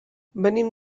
venim